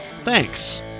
Thanks